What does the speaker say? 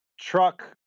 truck